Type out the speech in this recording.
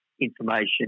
information